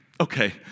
Okay